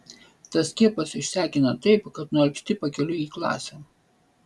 tas skiepas išsekina taip kad nualpsti pakeliui į klasę